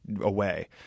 away